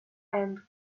and